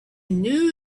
knew